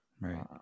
Right